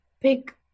big